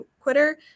Quitter